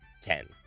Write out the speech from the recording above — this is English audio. ten